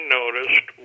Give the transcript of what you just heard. noticed